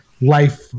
life